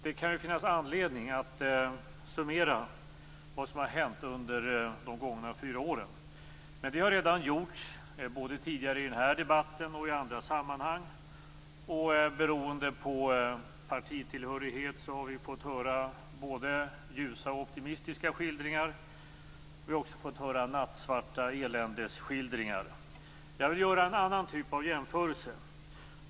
Det kan finnas anledning att summera vad som hänt under de gångna fyra åren. Det har gjorts både tidigare i den här debatten och i andra sammanhang. Beroende på partitillhörighet har vi fått höra både ljusa och optimistiska skildringar och också nattsvarta eländesskildringar. Jag vill göra en annan typ av jämförelse.